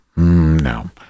No